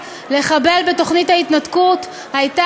תודה,